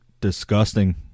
disgusting